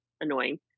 annoying